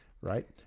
right